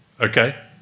Okay